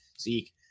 Zeke